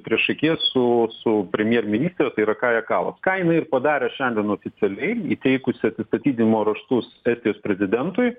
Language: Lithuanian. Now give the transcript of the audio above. priešakyje su su premjerministre tai yra kaja kallas ką jinai ir padarė šiandien oficialiai įteikusi atsistatydinimo raštus estijos prezidentui